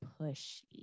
pushy